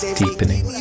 deepening